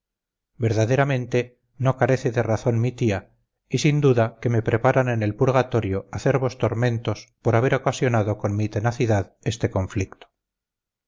verdaderamente no carece de razón mi tía y sin duda se me preparan en el purgatorio acerbos tormentos por haber ocasionado con mi tenacidad este conflicto